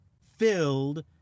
filled